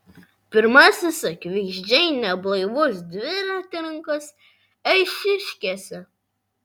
pirmasis akivaizdžiai neblaivus dviratininkas eišiškėse